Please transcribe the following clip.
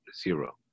zero